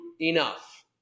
enough